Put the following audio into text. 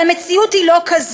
אבל המציאות היא לא כזאת,